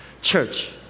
Church